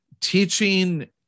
Teaching